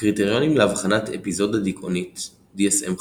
הקריטריונים לאבחנת אפיזודה דיכאוניתDSM-5